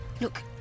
Look